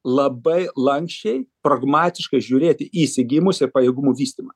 labai lanksčiai pragmatiškai žiūrėti į išsigimusį pajėgumų vystymą